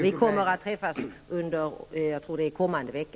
Vi kommer att träffas under kommande vecka.